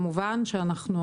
כמובן שאנחנו,